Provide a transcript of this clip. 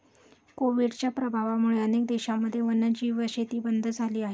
कोविडच्या प्रभावामुळे अनेक देशांमध्ये वन्यजीव शेती बंद झाली आहे